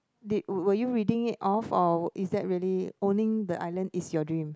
did were you reading it off or is that really owning the island is your dream